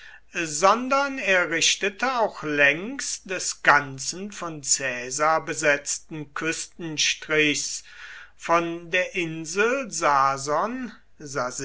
sondern er richtete auch längs des ganzen von caesar besetzten küstenstrichs von der insel sason